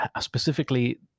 specifically